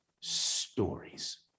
stories